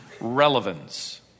relevance